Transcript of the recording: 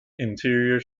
interior